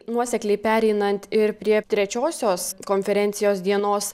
nuosekliai pereinant ir prie trečiosios konferencijos dienos